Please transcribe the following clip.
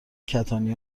کتانی